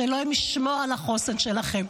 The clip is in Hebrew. שאלוהים ישמור על החוסן שלכם.